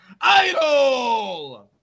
Idol